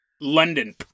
london